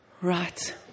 Right